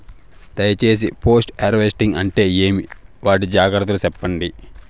దయ సేసి post harvesting అంటే ఏంటి? వాటి జాగ్రత్తలు సెప్పండి?